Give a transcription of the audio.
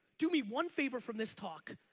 do me one favor from this talk,